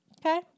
Okay